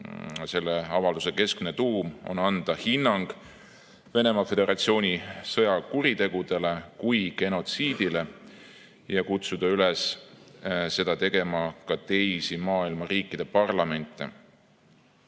selle avalduse keskne tuum on anda hinnang Venemaa Föderatsiooni sõjakuritegudele kui genotsiidile ja kutsuda üles seda tegema ka teisi maailma riikide parlamente.